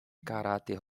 caráter